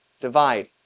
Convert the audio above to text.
divide